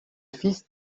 fils